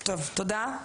טוב, תודה.